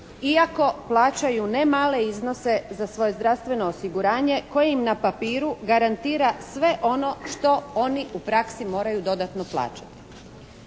iako plaćaju ne male iznose za svoje zdravstveno osiguranje koje im na papiru garantira sve ono što oni u praksi moraju dodatno plaćati.